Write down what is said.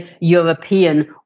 European